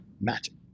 Magic